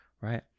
right